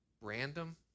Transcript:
random